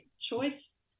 choice